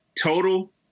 total